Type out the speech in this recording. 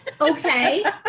Okay